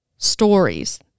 stories